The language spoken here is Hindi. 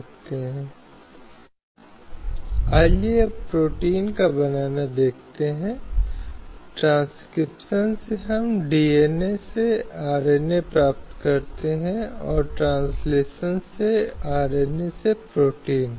संदर्भ समय को देखें 0426 अब इस संबंध में मौलिक निर्देशों में से एक है जिसका मैं उल्लेख करूँगी कुछ अन्य हैं जो आप अनुच्छेद ३ ९ आदि का उल्लेख कर सकते हैं जो राज्य नीति के अन्य निर्देश सिद्धांतों की बात करता है